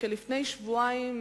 שלפני כשבועיים,